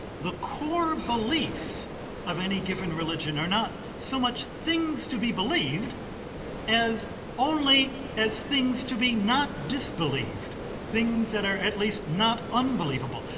the core beliefs of any given religion are not so much things to be believed as only as things to be not disbelieved things that are at least not unbelievable.